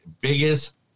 biggest